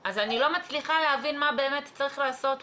אז אני לא מצליחה להבין מה באמת צריך לעשות פה.